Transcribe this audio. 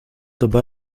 dabei